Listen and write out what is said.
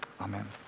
amen